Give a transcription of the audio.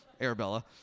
Arabella